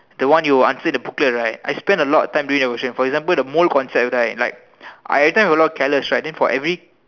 the one you answer in the booklet right I spent a lot time doing the question for example the mole question right I every time got a lot careless right then every